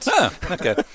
okay